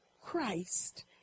Christ